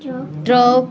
truck